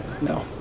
No